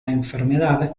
enfermedad